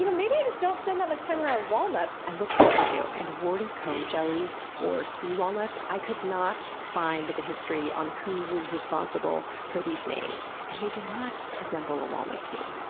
you know maybe i just don't spend that much time around walnuts. i looked these up too and warty comb jellies or sea walnuts i could not find the history on who was responsible for these names, and they do not resemble a walnut to me.